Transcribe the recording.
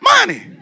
Money